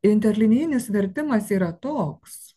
interlinijinis vertimas yra toks